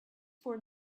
for